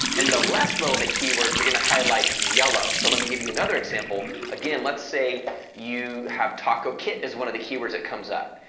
and the less relevant keywords you're going to highlight yellow. so, let me give you another example. again, let's say you have taco kit, is one of the keywords that comes up.